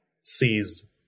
sees